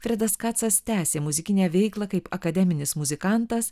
fredas kacas tęsė muzikinę veiklą kaip akademinis muzikantas